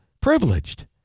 privileged